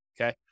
okay